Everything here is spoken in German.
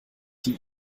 die